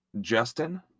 Justin